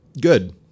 Good